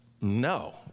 No